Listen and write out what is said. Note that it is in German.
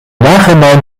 nachhinein